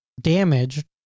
damaged